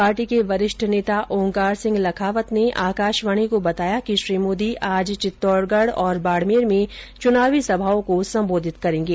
party के वरिष्ठ नेता ओंकार सिंह लखावत ने आकाशवाणी को बताया कि श्री मोदी आज चित्तौड़गढ़ तथा बाड़मेर में चुनावी सभाओं को संबोधित करेंगे